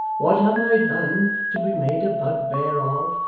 what have i done to be made a bugbear of,